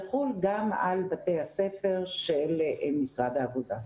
יחול גם על בתי הספר של משרד העבודה,